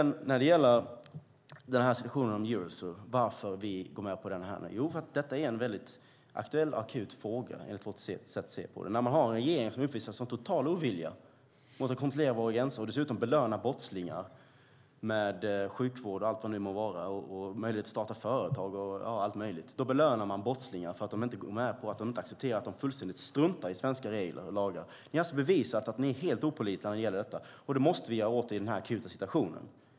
När det gäller Eurosur och varför vi går med på det nu vill jag säga att detta är en väldigt aktuell och akut fråga, enligt vårt sätt att se på det. Man har en regering som uppvisar en total ovilja mot att kontrollera våra gränser och dessutom belönar brottslingar med sjukvård, möjlighet att starta företag och allt möjligt. Då belönar man brottslingar för att de fullständigt struntar i svenska regler och lagar. Ni har alltså bevisat att ni är helt opålitliga när det gäller detta. Då måste vi göra något åt det i den akuta situationen.